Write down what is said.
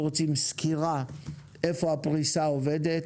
אנחנו רוצים סקירה היכן הפריסה עובדת,